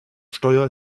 steuer